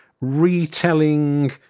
retelling